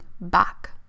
back